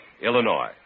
Illinois